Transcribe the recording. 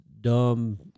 dumb